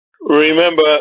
Remember